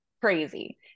crazy